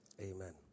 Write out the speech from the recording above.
Amen